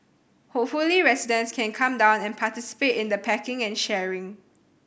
hopefully residents can come down and participate in the packing and sharing